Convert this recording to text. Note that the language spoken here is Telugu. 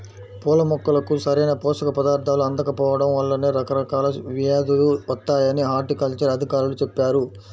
పూల మొక్కలకు సరైన పోషక పదార్థాలు అందకపోడం వల్లనే రకరకాల వ్యేదులు వత్తాయని హార్టికల్చర్ అధికారులు చెప్పారు